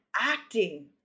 acting